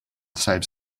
save